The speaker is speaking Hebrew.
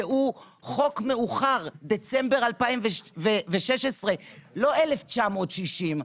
שהוא חוק מאוחר, דצמבר 2016, לא 1960,